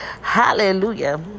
hallelujah